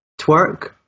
Twerk